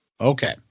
Okay